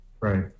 Right